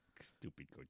Stupid